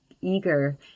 eager